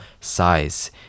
size